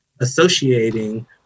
associating